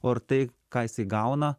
o ir tai ką jisai gauna